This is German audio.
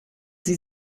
sie